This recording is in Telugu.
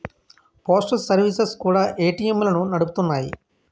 పోస్టల్ సర్వీసెస్ కూడా ఏటీఎంలను నడుపుతున్నాయి